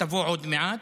שתבוא עוד מעט,